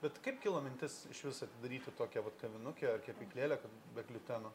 bet kaip kilo mintis išvis atidaryti tokią vat kavinukę ar kepyklėlę kad be gliuteno